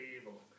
evil